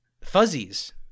fuzzies